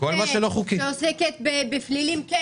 שעוסקות בפלילים.